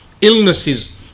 illnesses